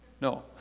No